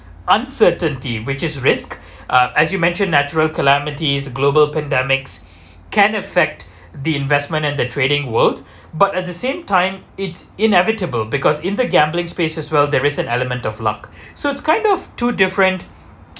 uncertainty which is risk uh as you mentioned natural calamities global pandemics can affect the investment and the trading world but at the same time it's inevitable because in the gambling spaces well there is an element of luck so it's kind of two different